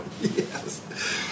Yes